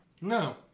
No